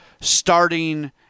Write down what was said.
starting